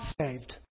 saved